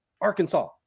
Arkansas